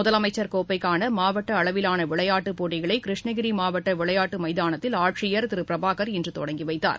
முதலமச்சர் கோப்பைக்கான மாவட்ட அளவிலான விளையாட்டு போட்டிகளை கிருஷ்ணகிரி மாவட்ட விளையாட்டு மைதானத்தில் ஆட்சியர் திரு பிரபாகர் இன்று தொடங்கி வைத்தார்